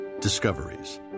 Discoveries